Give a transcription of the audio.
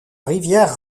rivière